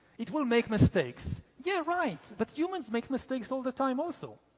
it will make mistakes. yeah, right but humans make mistakes all the time also.